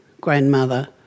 grandmother